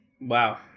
Wow